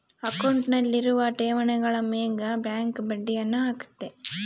ಅಕೌಂಟ್ನಲ್ಲಿರುವ ಠೇವಣಿಗಳ ಮೇಗ ಬ್ಯಾಂಕ್ ಬಡ್ಡಿಯನ್ನ ಹಾಕ್ಕತೆ